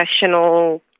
professional